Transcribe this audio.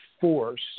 force